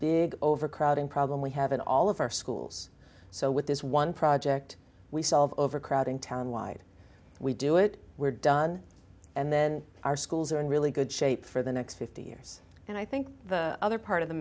big overcrowding problem we have in all of our schools so with this one project we solve overcrowding town wide we do it we're done and then our schools are in really good shape for the next fifty years and i think the other part of the